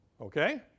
Okay